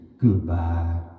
Goodbye